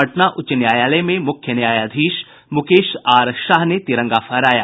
पटना उच्च न्यायालय में मुख्य न्यायाधीश मुकेश आर शाह ने तिरंगा फहराया